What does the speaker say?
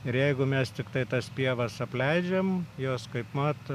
ir jeigu mes tiktai tas pievas apleidžiam jos kaip mat